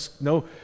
no